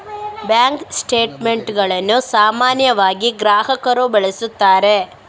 bank ಸ್ಟೇಟ್ ಮೆಂಟುಗಳನ್ನು ಸಾಮಾನ್ಯವಾಗಿ ಗ್ರಾಹಕರು ಬಳಸುತ್ತಾರೆ